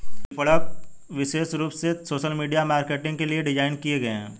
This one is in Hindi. विपणक विशेष रूप से सोशल मीडिया मार्केटिंग के लिए डिज़ाइन किए गए है